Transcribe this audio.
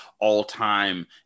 all-time